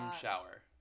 shower